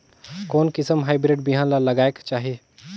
कोन किसम हाईब्रिड बिहान ला लगायेक चाही?